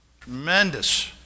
Tremendous